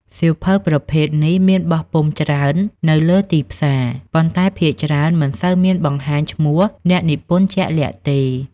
សៀវភៅប្រភេទនេះមានបោះពុម្ពច្រើននៅលើទីផ្សារ ប៉ុន្តែភាគច្រើនមិនសូវមានបង្ហាញឈ្មោះអ្នកនិពន្ធជាក់លាក់ទេ។